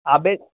আবে